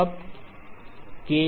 अब XEkLxk